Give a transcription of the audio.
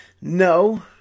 No